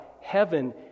heaven